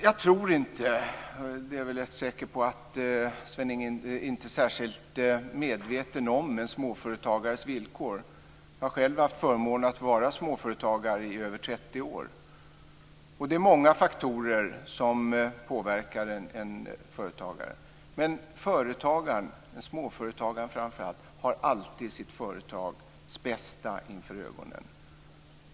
Jag tror inte att Carlinge är särskilt medveten om en småföretagares villkor. Jag har själv haft förmånen att vara småföretagare i över 30 år, och det är många faktorer som påverkar en företagare. Företagaren, och framför allt småföretagaren, har alltid sitt företags bästa för ögonen.